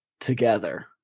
together